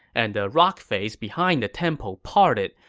and the rock face behind the temple parted,